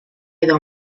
ido